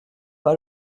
pas